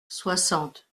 soixante